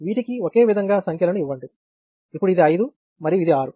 వీటికి ఒకే విధంగా సంఖ్యలను ఇవ్వండి ఇప్పుడు ఇది 5 మరియు అది 6